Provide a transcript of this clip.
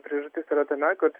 priežastis yra tame kad